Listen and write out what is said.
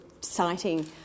citing